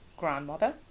grandmother